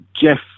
Jeff